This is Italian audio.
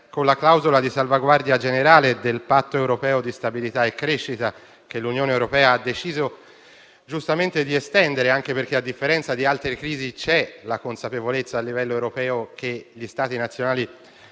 con la clausola di salvaguardia generale del Patto europeo di stabilità e crescita che l'Unione europea ha deciso giustamente di estendere, anche perché, a differenza di altre crisi, c'è la consapevolezza a livello europeo che gli Stati nazionali